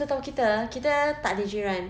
setahu kita kita takde jiran